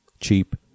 cheap